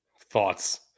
Thoughts